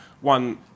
one